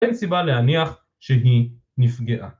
אין סיבה להניח שהיא נפגעה